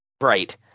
Right